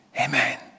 amen